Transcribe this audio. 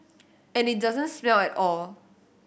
and it doesn't smell at all